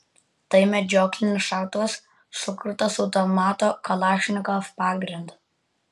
tai medžioklinis šautuvas sukurtas automato kalašnikov pagrindu